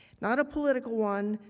not a political one,